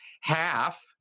half